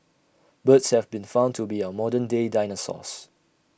birds have been found to be our modern day dinosaurs